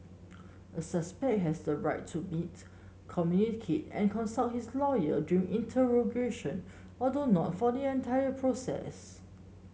a suspect has the right to meet communicate and consult his lawyer during interrogation although not for the entire process